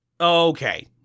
Okay